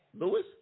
Lewis